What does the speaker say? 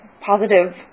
positive